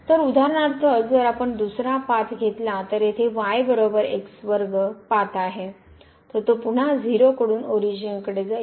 तर उदाहरणार्थ जर आपण दुसरा पाथ घेतला तर जेथे पाथ आहे तर तो पुन्हा 0 कडून ओरिजिन कडे जाईल